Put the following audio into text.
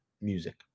music